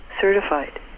certified